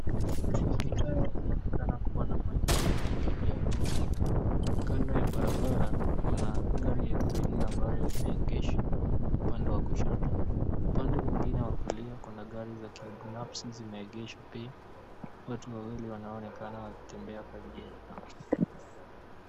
Unaonekana kuwa na majengo marefu ya nyumba. Kando ya barabara kuna gari ya abiria ambayo imeegeshwa upande wa kushoto. Upande mwingine wa kulia kuna gari za kibinafsi zimeegeshwa pia. Watu wawili wanaonekana wakitembea kwa jela.